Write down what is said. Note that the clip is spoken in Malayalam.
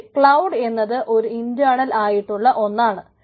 പക്ഷേ ക്ലൌഡ് എന്നത് ഒരു ഇന്റേണൽ ആയിട്ടുള്ള ഒന്നാണ്